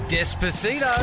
Despacito